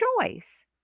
choice